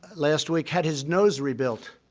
last week, had his nose rebuilt.